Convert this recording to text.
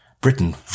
Britain